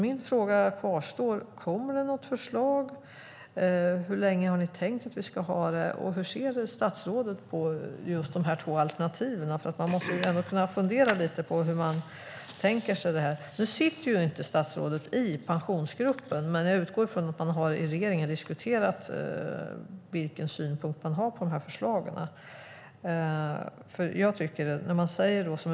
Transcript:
Min fråga kvarstår: Kommer det något förslag? Hur länge har ni tänkt att vi ska ha detta? Hur ser statsrådet på de två alternativen? Man måste ändå kunna fundera lite på hur man tänker sig detta. Nu sitter inte statsrådet i Pensionsgruppen. Men jag utgår från att man i regeringen har diskuterat vilken synpunkt man har på förslagen.